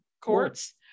courts